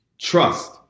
Trust